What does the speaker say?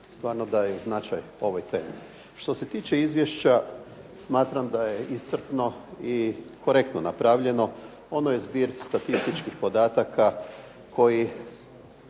stvarno daje i značaj ovoj temi. Što se tiče izvješća smatram da je iscrpno i korektno napravljeno. Ono je zbir statističkih podataka koji